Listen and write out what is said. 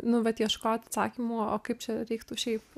nu vat ieškot atsakymų o kaip čia reiktų šiaip